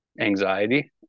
anxiety